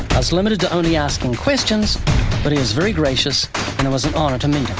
i was limited to only asking questions, but he was very gracious and it was an honor to meet him.